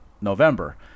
November